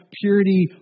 purity